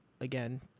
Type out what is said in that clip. again